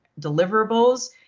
deliverables